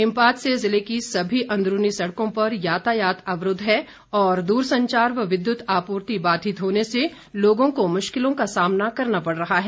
हिमपात से जिले की सभी अंदरूनी सड़कों पर यातायात अवरूद्व है और दूरसंचार व विद्युत आपूर्ति बाधित होने से लोगों को मुश्किलों का सामना करना पड़ रहा है